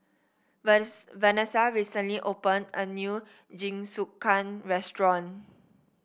Vanesa recently opened a new Jingisukan restaurant